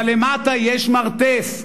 אבל למטה יש מרתף,